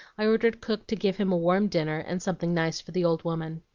i ordered cook to give him a warm dinner and something nice for the old woman.